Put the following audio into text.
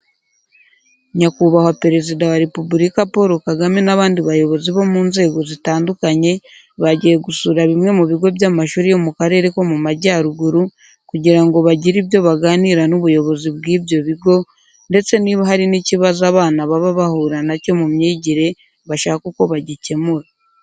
Nyakubahwa Perezida wa Repubulika Paul Kagame n'abandi bayobozi bo mu nzego zitandukanye, bagiye gusura bimwe mu bigo by'amashuri yo mu karere ko mu Majyaruguru kugira ngo bagire ibyo baganira n'ubuyobozi bw'ibyo bigo, ndetse niba hari n'ikibazo abana baba bahura na cyo mu myigire bashake uko bagikemura.